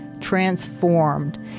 transformed